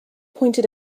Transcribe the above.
pointed